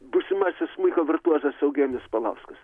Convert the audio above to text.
būsimasis smuiko virtuozas eugenijus paulauskas